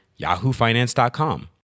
yahoofinance.com